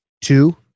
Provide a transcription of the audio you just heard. Two